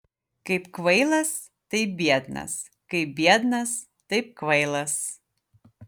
kaip kvailas taip biednas kaip biednas taip kvailas